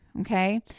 Okay